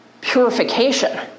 purification